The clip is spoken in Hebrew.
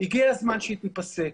הגיע הזמן שהיא תיפסק.